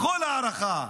לכל הערכה.